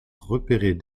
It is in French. repérer